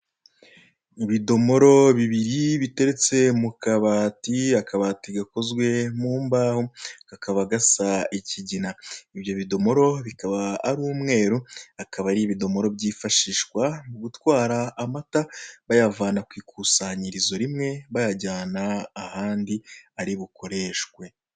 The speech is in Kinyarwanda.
Ibidomoro bibiri biteretse mu kabati, akabati gakozwe mu mbaho kakaba gasa ikigina ibyo bidomoro bikaba ari umweru akaba ari ibidomoro byifashishwa mu gutwara amata bayavana ku ikusanyirizo rimwe bayajyana ahandi ari bukoreshwe.